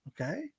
okay